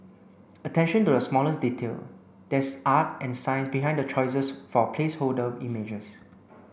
attention to the smallest detail There is art and science behind the choices for placeholder images